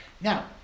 Now